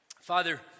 Father